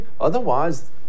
otherwise